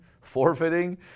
forfeiting